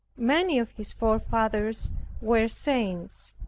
many of his forefathers were saints.